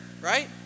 right